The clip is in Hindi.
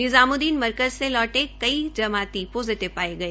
निजामुद्दीन मरकज से लौटे कई जमाती पॉजीटिव पाए गए